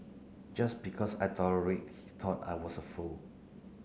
just because I tolerate he thought I was a fool